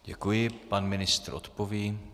Děkuji, pan ministr odpoví.